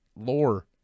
lore